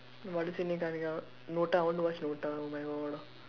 what is in the end coming out Nota I want to watch Nota oh my god uh